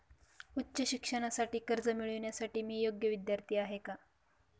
उच्च शिक्षणासाठी कर्ज मिळविण्यासाठी मी योग्य विद्यार्थी आहे का?